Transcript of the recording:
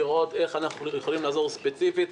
לראות איך אנחנו יכולים לעזור ספציפית.